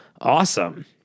awesome